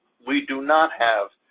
we do not have